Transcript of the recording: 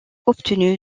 obtenu